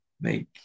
make